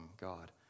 God